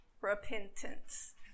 repentance